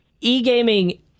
e-gaming